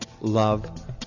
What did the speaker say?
love